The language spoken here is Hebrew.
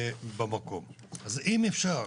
אז אם אפשר,